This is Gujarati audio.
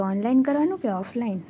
ઓનલાઈન કઢાવવાનું કે ઓફલાઈન